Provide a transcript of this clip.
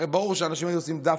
הרי ברור שהאנשים היו עושים דווקא,